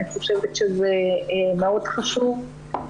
אני חושבת שזה מאוד חשוב.